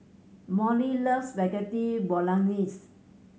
Molly loves Spaghetti Bolognese